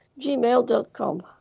gmail.com